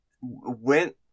went